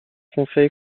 conseil